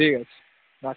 ঠিক আছে রাখছি